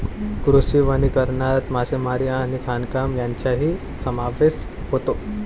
कृषी वनीकरणात मासेमारी आणि खाणकाम यांचाही समावेश होतो